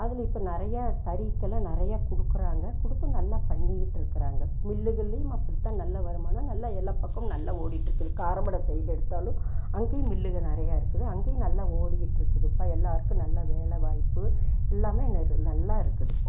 அதில் இப்போ நிறையா தறிக்கெல்லாம் நிறையா கொடுக்குறாங்க கொடுத்தும் நல்ல பண்ணிக்கிட்டு இருக்கிறாங்க மில்லுகள்லேயும் அப்படி தான் நல்ல வருமானம் நல்ல எல்லாப் பக்கமும் நல்ல ஓடிகிட்டு இருக்குது காரமடை சைடை எடுத்தாலும் அங்கேயும் மில்லுகள் நிறையா இருக்குது அங்கேயும் நல்லா ஓடிக்கிட்டு இருக்குதுப்பா எல்லோருக்கும் நல்ல வேலை வாய்ப்பு எல்லாமே நெற நல்லா இருக்குது